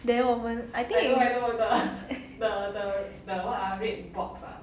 then 我们 I think is